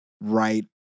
right